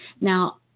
Now